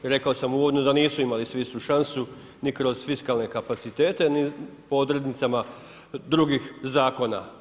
Rekao sam uvodno da nisu imali svi istu šansu ni kroz fiskalne kapacitete, ni po odrednicama drugih zakona.